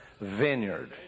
vineyard